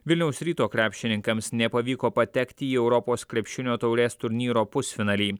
vilniaus ryto krepšininkams nepavyko patekti į europos krepšinio taurės turnyro pusfinalį